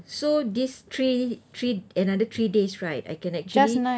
so these three three another three days right I can actually